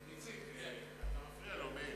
חבר הכנסת מאיר שטרית, אתה מפריע ליצחק כהן.